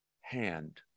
hand